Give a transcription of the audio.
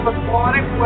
Aquatic